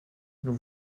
nous